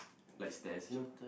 like stairs you know